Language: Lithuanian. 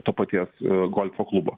to paties golfo klubo